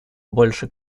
больше